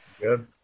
Good